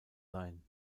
sein